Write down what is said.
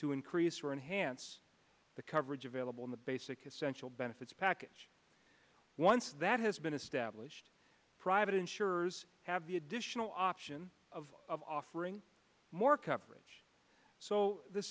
to increase enhanced the coverage available in the basic essential benefits package once that has been established private insurers have the additional option of offering more coverage so the